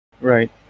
Right